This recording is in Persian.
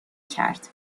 کرد